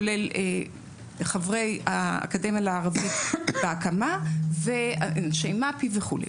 כולל חברי האקדמיה לערבית בהקמה ומפ"י וכו'.